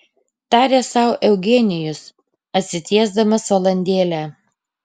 tarė sau eugenijus atsitiesdamas valandėlę